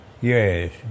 Yes